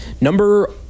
Number